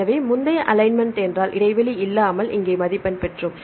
எனவே முந்தைய அலைன்மென்ட் என்றால் இடைவெளி இல்லாமல் இங்கே மதிப்பெண் பெற்றோம்